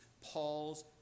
Paul's